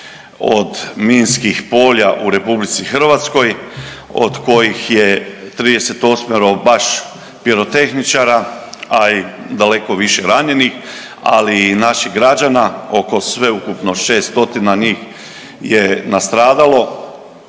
od minskih polja u RH, od kojih je 38 baš pirotehničara, a i daleko više ranjenih, ali i naših građana oko sveukupno 600 njih je nastradalo